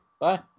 Bye